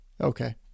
Okay